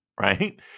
right